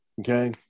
okay